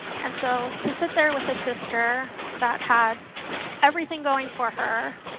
and so, to sit there with the sister, that had everything going for her,